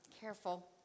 Careful